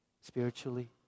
spiritually